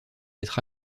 être